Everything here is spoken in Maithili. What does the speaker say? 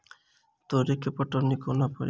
तोरी केँ पटौनी कोना कड़ी?